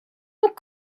what